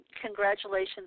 congratulations